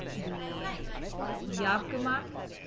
the job camac